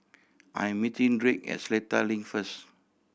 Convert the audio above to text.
I am meeting Drake at Seletar Link first